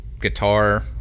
guitar